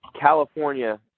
California